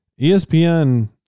ESPN